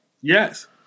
Yes